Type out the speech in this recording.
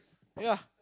ya